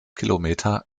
kilometer